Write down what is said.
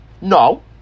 No